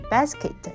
Basket